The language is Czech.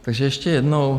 Takže ještě jednou.